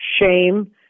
shame